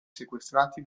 sequestrati